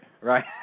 right